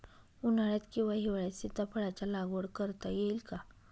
उन्हाळ्यात किंवा हिवाळ्यात सीताफळाच्या लागवड करता येईल का?